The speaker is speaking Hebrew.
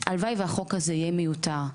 הלוואי שהחוק הזה יהיה מיותר,